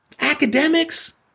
Academics